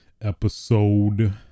episode